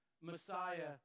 Messiah